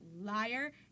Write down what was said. liar